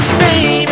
baby